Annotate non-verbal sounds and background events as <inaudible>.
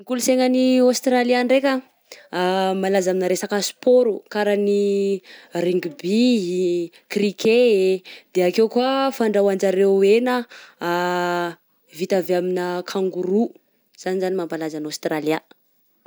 Ny kolosaina any Aostralia ndraika ah, <hesitation> malaza amina resaka sport karaha ny rugby, cricket, de akeo koa fandrahoanjareo hena <hesitation> vita avy amina kangoroa, zany zany ny mampalaza any Aotralia.